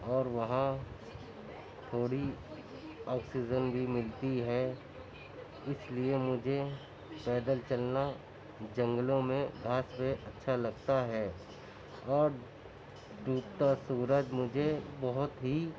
اور وہاں تھوڑی آکسیجن بھی ملتی ہے اِس لیے مجھے پیدل چلنا جنگلوں میں گھاس پہ اچھا لگتا ہے اور ڈوبتا سورج مجھے بہت ہی